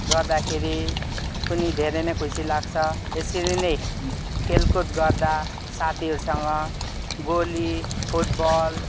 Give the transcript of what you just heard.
गर्दाखेरि पनि धेरै नै खुसी लाग्छ यसरी नै खेलकुद गर्दा साथीहरूसँग गोली फुटबल